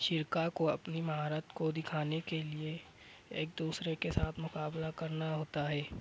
شرکاء کو اپنی مہارت کو دکھانے کے لیے ایک دوسرے کے ساتھ مقابلہ کرنا ہوتا ہے